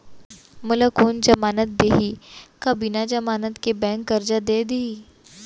मोला कोन जमानत देहि का बिना जमानत के बैंक करजा दे दिही?